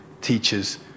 teachers